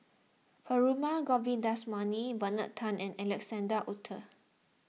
Perumal Govindaswamy Bernard Tan and Alexander Wolters